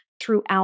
throughout